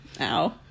Ow